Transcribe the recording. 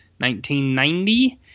1990